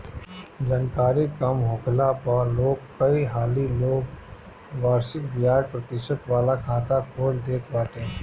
जानकरी कम होखला पअ लोग कई हाली लोग वार्षिक बियाज प्रतिशत वाला खाता खोल देत बाटे